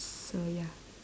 so ya